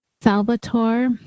Salvatore